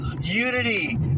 unity